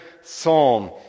psalm